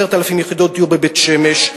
10,000 יחידות דיור בבית-שמש,